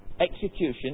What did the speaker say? execution